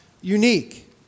unique